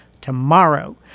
tomorrow